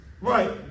Right